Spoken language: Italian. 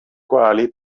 quali